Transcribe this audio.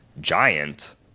giant